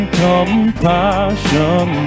compassion